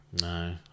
No